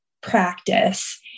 practice